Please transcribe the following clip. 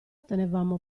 tenevamo